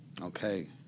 okay